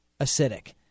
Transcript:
acidic